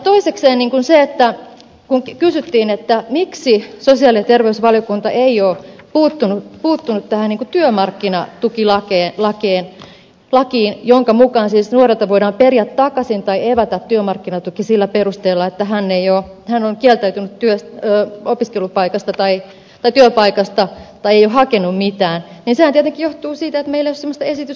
toisekseen kun kysyttiin miksi sosiaali ja terveysvaliokunta ei ole puuttunut tähän työmarkkinatukilakiin jonka mukaan siis nuorelta voidaan periä takaisin tai evätä työmarkkinatuki sillä perusteella että hän on kieltäytynyt opiskelupaikasta tai työpaikasta tai ei ole hakenut mitään niin sehän tietenkin johtuu siitä että meillä ei ole semmoista esitystä siellä ollut